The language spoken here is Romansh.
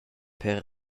per